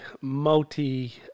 multi